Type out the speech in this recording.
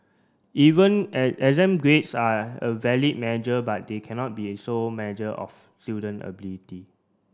even exam grades are a valid measure but they cannot be sole measure of student ability